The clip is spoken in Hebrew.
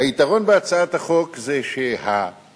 היתרון בהצעת החוק הוא שהנפגע